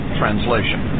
translation